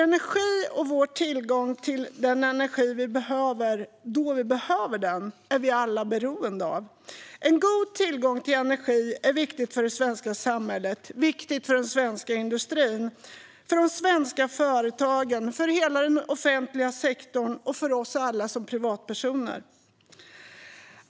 Energi och att få den energi vi behöver då vi behöver den är något som vi alla är beroende av. En god tillgång till energi är viktig för det svenska samhället, för den svenska industrin, för de svenska företagen, för hela den offentliga sektorn och för oss alla som privatpersoner.